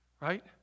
right